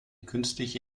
künstliche